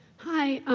hi.